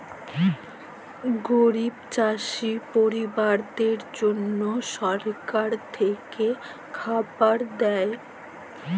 গরিব চাষী পরিবারদ্যাদের জল্যে সরকার থেক্যে খাবার দ্যায়